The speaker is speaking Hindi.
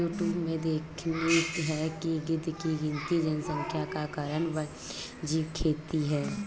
यूट्यूब में मैंने देखा है कि गिद्ध की गिरती जनसंख्या का कारण वन्यजीव खेती है